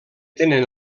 tenen